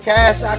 Cash